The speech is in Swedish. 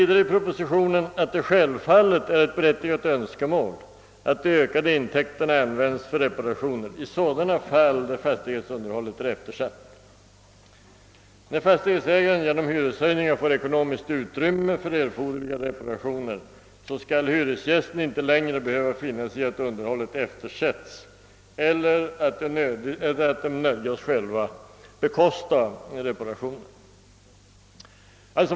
Där står det vidare att det självfallet är ett berättigat önskemål, att de ökade intäkterna används för reparationer i sådana fall där fastighetsunderhållet är eftersatt. När fastighetsägaren genom hyreshöjningar får ekonomiskt utrymme för erforderliga reparationer skall hyresgästen inte längre behöva finna sig i att underhållet eftersätts eller att han själv nödgas bekosta reparationen.